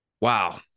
Wow